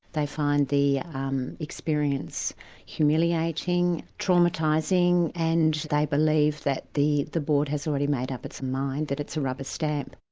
they find the um experience humiliating, traumatising, and they believe that the the board has already made up its mind, that it's a rubber stamp.